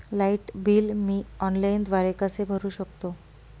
Light bill मी ऑनलाईनद्वारे कसे भरु शकतो?